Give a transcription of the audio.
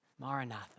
Maranatha